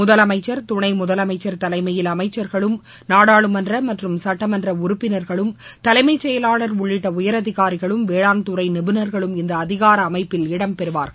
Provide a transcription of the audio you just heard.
முதலமைச்சர் துணை முதலமைச்சர் தலைமையில் அமைச்சர்களும் நாடாளுமன்ற மற்றும் சட்டமன்ற உறுப்பினர்களும் தலைமைச் செயலாளர் உள்ளிட்ட உயரதிகாரிகளும் வேளாண்துறை நிபுணர்களும் இந்த அதிகார அமைப்பில் இடம் பெறுவார்கள்